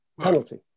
Penalty